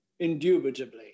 indubitably